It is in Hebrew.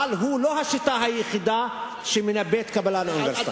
אבל הוא לא השיטה היחידה שמנבאת הצלחה באוניברסיטה.